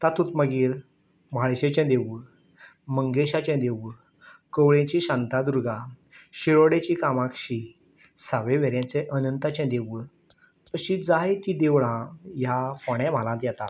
तातूंत मागीर म्हाळशेचें देवूळ मंगेशाचें देवूळ कंवळेची शांतादुर्गा शिरोडेची कामक्षी सावयवेरेंचें अनंताचें देवूळ अशीं जायतीं देवळां ह्या फोंडे म्हालांत येतात